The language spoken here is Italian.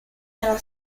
nella